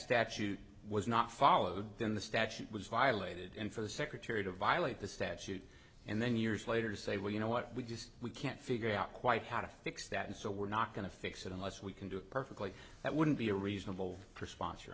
statute was not followed then the statute was violated and for the secretary to violate the statute and then years later say well you know what we just we can't figure out quite how to fix that and so we're not going to fix it unless we can do it perfectly that wouldn't be a reasonable response you